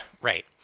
right